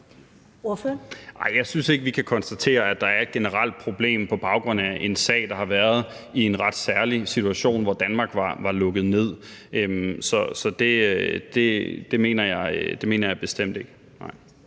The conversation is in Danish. jeg synes ikke, vi kan konstatere, at der er et generelt problem på baggrund af en sag, der har været i en ret særlig situation, hvor Danmark var lukket ned. Så det mener jeg bestemt ikke,